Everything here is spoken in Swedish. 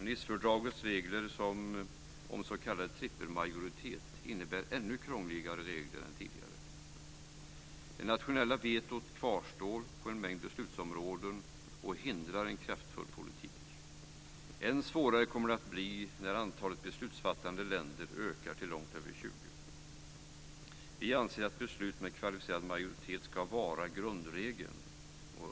Nicefördragets regler om s.k. trippelmajoritet innebär ännu krångligare regler än tidigare. Det nationella vetot kvarstår på en mängd beslutsområden och hindrar en kraftfull politik. Än svårare kommer det att bli när antalet beslutsfattande länder ökar till långt över 20. Vi anser att beslut med kvalificerad majoritet ska vara grundregeln.